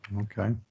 Okay